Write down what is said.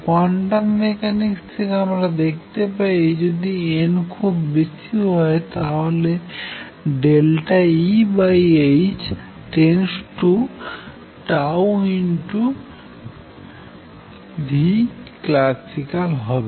quantum mechanics থেকে আমরা দেখতে পাই যে যদি n খুব বেশি হয় তাহলে Eh→τclasical হবে